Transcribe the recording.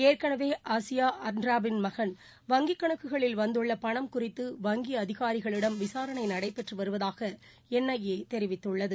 ஏற்கனவே அசியா அன்ராபின் மகன் வங்கி கணக்குகளில் வந் துள்ள பணம் குறித்து வங்கி அதிகாரிகளிடம் விசாரணை நடைபெற்று வருவதாக என் ஐ ஏ தெரிவித்துள்ளது